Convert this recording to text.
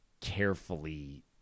carefully